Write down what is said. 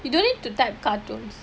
you don't need to type cartoons